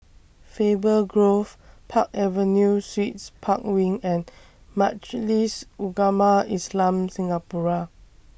Faber Grove Park Avenue Suites Park Wing and Majlis Ugama Islam Singapura